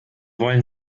wollen